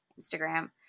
Instagram